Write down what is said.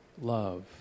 love